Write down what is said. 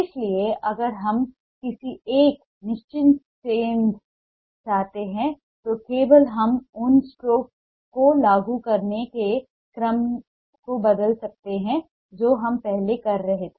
इसलिए अगर हम कहीं एक निश्चित सेंध चाहते हैं तो केवल हम उन स्ट्रोक को लागू करने के क्रम को बदल सकते हैं जो हम पहले कर रहे हैं